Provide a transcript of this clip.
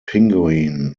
penguin